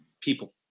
people